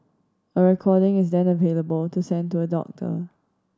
a recording is then available to send to a doctor